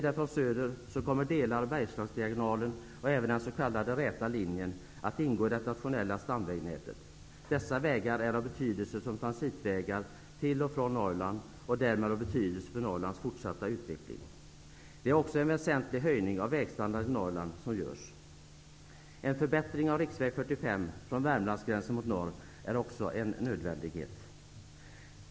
Söderifrån sett kommer delar av Bergslagsdiagonalen och även den s.k Räta linjen att ingå i det nationella stamvägnätet. Dessa vägar är av betydelse som transitvägar till och från Norrland och därmed också av betydelse för Norrlands fortsatta utveckling. En väsentlig höjning av vägstandarden i Norrland genomförs också, och en förbättring av riksväg 45 från Värmlandsgränsen mot norr är också en nödvändighet.